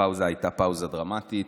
הפאוזה הייתה פאוזה דרמטית.